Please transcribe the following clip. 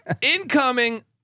Incoming